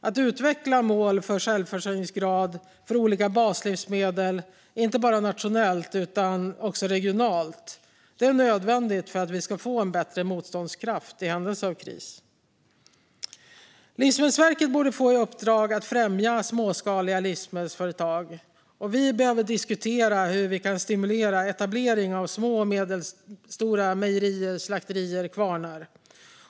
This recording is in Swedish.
Att utveckla mål gällande självförsörjningsgrad för olika baslivsmedel, inte bara nationellt utan också regionalt, är nödvändigt för att vi ska få bättre motståndskraft i händelse av kris. Livsmedelsverket borde få i uppdrag att främja småskaliga livsmedelsföretag. Vi behöver diskutera hur vi kan stimulera etablering av små och medelstora mejerier, slakterier och kvarnar.